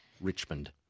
Richmond